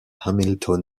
hamilton